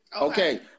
Okay